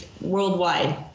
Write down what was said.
worldwide